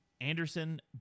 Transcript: Anderson